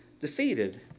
defeated